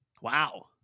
Wow